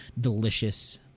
delicious